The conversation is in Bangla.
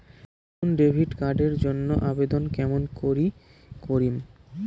নতুন ডেবিট কার্ড এর জন্যে আবেদন কেমন করি করিম?